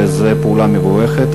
וזו פעולה מבורכת.